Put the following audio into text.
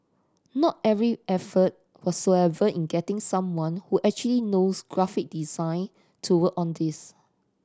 no every effort whatsoever in getting someone who actually knows graphic design to work on this